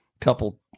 couple